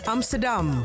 Amsterdam